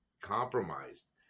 compromised